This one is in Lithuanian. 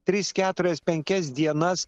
tris keturias penkias dienas